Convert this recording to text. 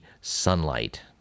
sunlight